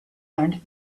learned